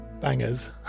bangers